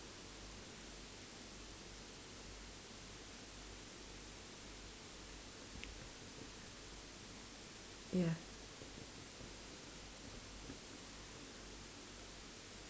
ya